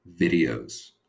videos